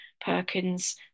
Perkins